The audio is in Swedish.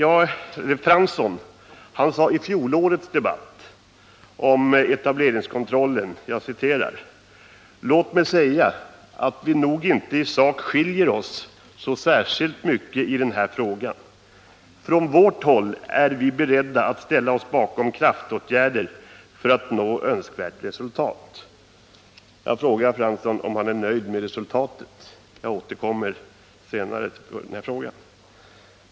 Arne Fransson sade i fjolårets debatt om etableringskontrollen: ”Låt mig säga att vi nog inte i sak skiljer oss åt särskilt mycket i den här frågan ——=. Från vårt håll är vi beredda att ställa oss bakom kraftåtgärder för att nå önskvärt resultat.” Jag frågar Arne Fransson om han är nöjd med resultatet. Jag återkommer senare till den här frågan.